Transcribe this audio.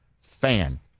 fan